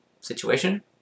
situation